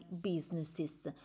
businesses